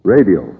Radio